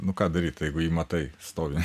nu ką daryt jeigu jį matai stovi